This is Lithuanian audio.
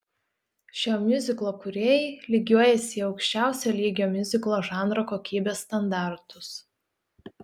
šio miuziklo kūrėjai lygiuojasi į aukščiausio lygio miuziklo žanro kokybės standartus